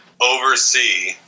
oversee